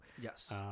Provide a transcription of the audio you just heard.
yes